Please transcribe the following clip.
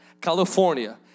California